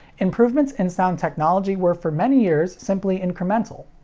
improvements in sound technology were for many years simply incremental.